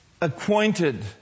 acquainted